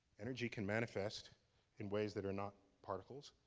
energy can manifest in ways that are not particles.